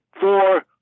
four